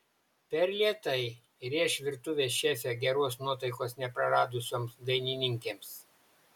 per lėtai rėš virtuvės šefė geros nuotaikos nepraradusioms dainininkėms